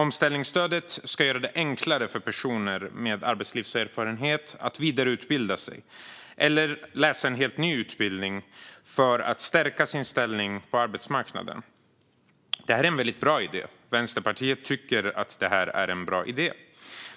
Omställningsstödet ska göra det enklare för personer med arbetslivserfarenhet att vidareutbilda sig eller läsa en helt ny utbildning för att stärka sin ställning på arbetsmarknaden. Det är en väldigt bra idé; Vänsterpartiet tycker att det är det.